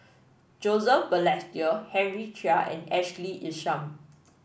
Joseph Balestier Henry Chia and Ashley Isham